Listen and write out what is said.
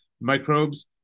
microbes